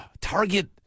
target